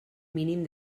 mínim